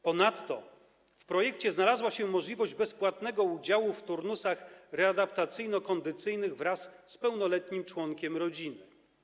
Ponadto w projekcie znalazła się możliwość bezpłatnego udziału w turnusach readaptacyjno-kondycyjnych wraz z pełnoletnim członkiem rodziny.